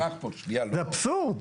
זה אבסורד.